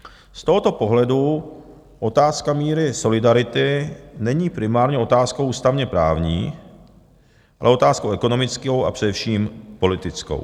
Z tohoto pohledu otázka míry solidarity není primárně otázkou ústavněprávní, ale otázkou ekonomickou a především politickou.